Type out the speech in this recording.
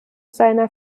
seiner